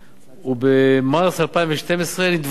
ובמרס 2012 התווספו,